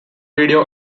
video